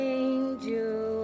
angel